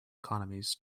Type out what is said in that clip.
economies